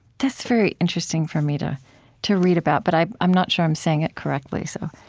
that's very interesting for me to to read about, but i'm i'm not sure i'm saying it correctly so